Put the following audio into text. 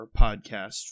podcast